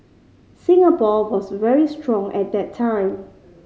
Singapore was very strong at that time